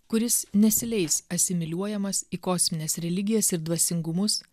kuris nesileis asimiliuojamas į kosmines religijas ir dvasingumus